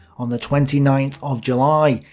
on the twenty ninth of july,